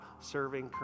serving